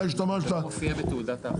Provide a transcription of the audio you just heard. זה מופיע בתעודת האחריות.